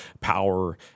power